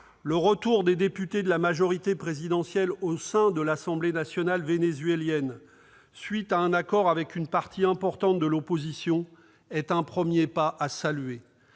le retour des députés de la majorité présidentielle au sein de l'Assemblée nationale vénézuélienne, à la suite d'un accord avec une partie importante de l'opposition, est un premier pas à saluer.